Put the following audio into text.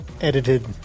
edited